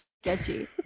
sketchy